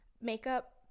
makeup